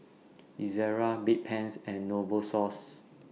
Ezerra Bedpans and Novosource